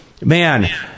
man